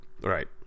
Right